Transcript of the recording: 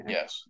Yes